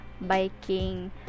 biking